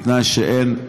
בתנאי שאין,